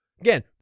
again